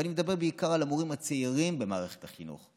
ואני מדבר בעיקר על המורים הצעירים במערכת החינוך.